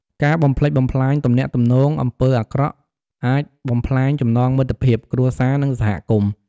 ការបំផ្លិចបំផ្លាញទំនាក់ទំនង អំពើអាក្រក់អាចបំផ្លាញចំណងមិត្តភាព គ្រួសារ និងសហគមន៍។